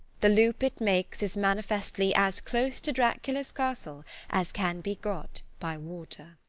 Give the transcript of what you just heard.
the loop it makes is manifestly as close to dracula's castle as can be got by water.